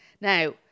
Now